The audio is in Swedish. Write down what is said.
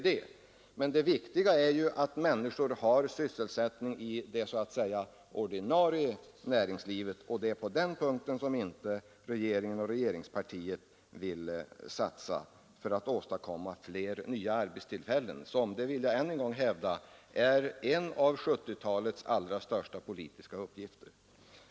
Det är viktigast att människor har sysselsättning i det så att säga ordinarie arbetslivet. Det är på den punkten som inte regeringen och regeringspartiet vill satsa för att åstadkomma fler nya arbetstillfällen, vilket är — det vill jag än en gång hävda — en av 1970-talets största politiska uppgifter.